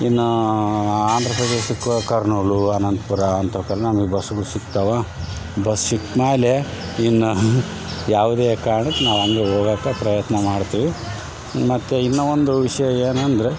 ಇನ್ನ ಆಂಧ್ರಪ್ರದೇಶಕ್ಕೆ ಕರ್ನೂಲು ಅನಂತ್ಪುರ ಅಂಥವ್ಕೆಲ್ಲಾ ನಮಗೆ ಬಸ್ಗಳು ಸಿಗ್ತಾವ ಬಸ್ ಸಿಕ್ಮೇಲೆ ಇನ್ನು ಯಾವುದೇ ಕಾರ್ಣಕ್ಕೆ ನಾವು ಹಾಗೆ ಹೋಗಾಕ ಪ್ರಯತ್ನ ಮಾಡ್ತೀವಿ ಮತ್ತು ಇನ್ನು ಒಂದು ವಿಷಯ ಏನೆಂದರೆ